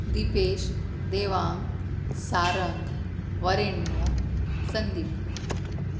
Dipesh Devang Sarang Varinya Sandeep